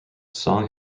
song